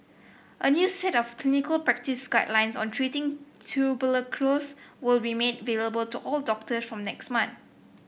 a new set of clinical practice guidelines on treating will be made available to all doctors from next month